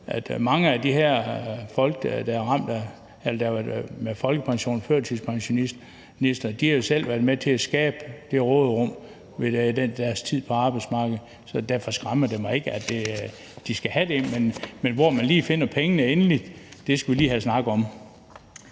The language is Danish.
mange af de her folk, der er ramt med hensyn til folkepension og førtidspension, selv har været med til at skabe det råderum i deres tid på arbejdsmarkedet. Så derfor skræmmer det mig ikke, at de skal have det. Men hvor man finder pengene endeligt, skal vi lige havde snakket om.